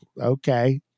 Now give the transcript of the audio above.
okay